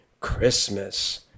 Christmas